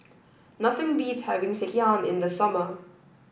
nothing beats having Sekihan in the summer